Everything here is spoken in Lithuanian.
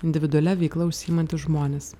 individualia veikla užsiimantys žmonės